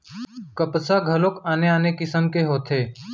कपसा घलोक आने आने किसिम के होथे